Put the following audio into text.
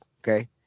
okay